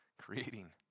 creating